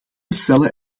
cellen